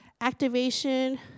activation